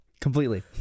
Completely